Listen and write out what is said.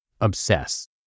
obsess